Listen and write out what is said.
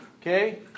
okay